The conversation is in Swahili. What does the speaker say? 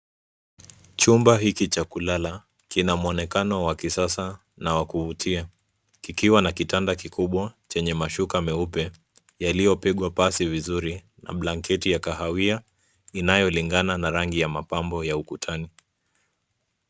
Chumba hiki cha kulala kina muonekano wa kisasa na wa kuvutia; kikiwa na kitanda kikubwa chenye mashuka meupe yaliyopigwa pasi vizuri na blanketi ya kahawia inayolingana na rangi ya mapambo ya ukutani.